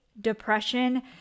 depression